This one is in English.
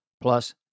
Plus